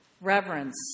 reverence